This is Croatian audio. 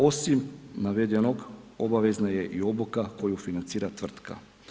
Osim navedenog, obavezna je i obuka koju financira tvrtka.